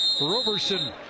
Roberson